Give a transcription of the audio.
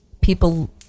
people